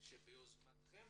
כדי שביוזמתכם